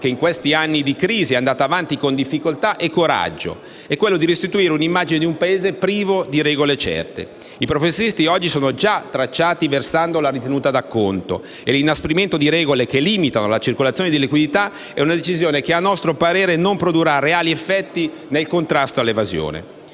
che in questi anni di crisi è andato avanti con difficoltà e coraggio, e quello di restituire l'immagine di un Paese privo di regole certe. I professionisti oggi sono già tracciati versando la ritenuta d'acconto e l'inasprimento di regole che limitano la circolazione di liquidità è una decisione che riteniamo non produrrà reali effetti nel contrasto all'evasione.